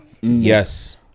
Yes